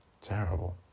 terrible